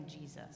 Jesus